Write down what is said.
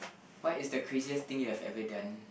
what is the craziest thing you have ever done